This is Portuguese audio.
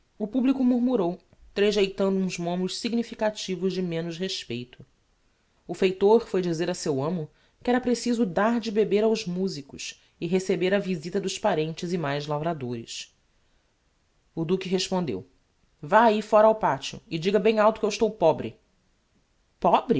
o publico murmurou tregeitando uns momos significativos de menos respeito o feitor foi dizer a seu amo que era preciso dar de beber aos musicos e receber a visita dos parentes e mais lavradores o duque respondeu vá ahi fóra ao pateo e diga bem alto que eu estou pobre pobre